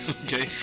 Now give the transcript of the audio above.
okay